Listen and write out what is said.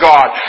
God